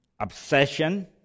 obsession